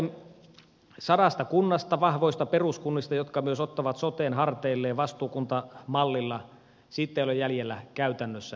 siitä tavoitteesta sadasta kunnasta vahvoista peruskunnista jotka myös ottavat soten harteilleen vastuukuntamallilla ei ole jäljellä käytännössä yhtään mitään